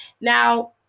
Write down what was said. Now